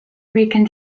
rican